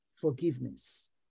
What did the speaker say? forgiveness